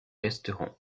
resteront